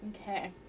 Okay